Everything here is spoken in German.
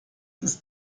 ist